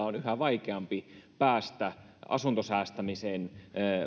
on yhä vaikeampi päästä asuntosäästämisen